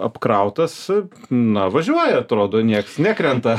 apkrautas na važiuoja atrodo nieks nekrenta